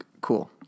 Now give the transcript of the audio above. Cool